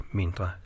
mindre